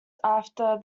after